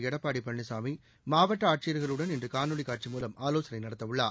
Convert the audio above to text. எடப்பாடி பழனிசாமி மாவட்ட ஆட்சியர்களுடன் இன்று காணொலி காட்சி மூலம் ஆலோசனை நடத்த உள்ளார்